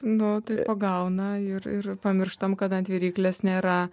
nu tai pagauna ir ir pamirštam kad ant vyryklės nėra